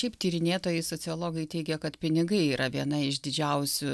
šiaip tyrinėtojai sociologai teigia kad pinigai yra viena iš didžiausių